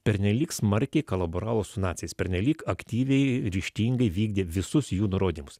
pernelyg smarkiai kolaboravo su naciais pernelyg aktyviai ryžtingai vykdė visus jų nurodymus